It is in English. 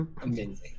Amazing